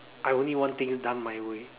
I only want things done my way